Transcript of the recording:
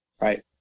right